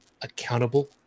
accountable